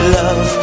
love